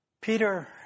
Peter